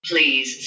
Please